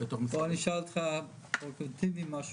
בוא אני אשאל אותך פרודוקטיבי משהו,